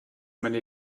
meine